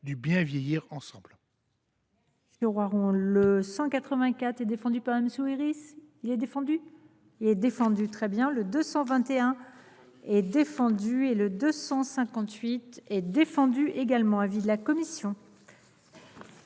du bien vieillir ensemble.